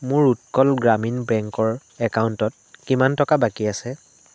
মোৰ উৎকল গ্ৰামীণ বেংকৰ একাউণ্টত কিমান টকা বাকী আছে